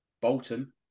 Bolton